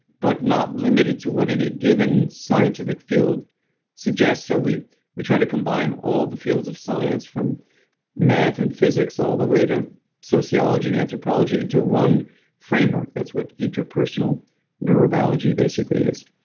but not limited to what any given scientific field suggests. so we we try to combine all the fields of science, from math and physics all the way to sociology and anthropology, into one framework. that's what interpersonal neurobiology basically is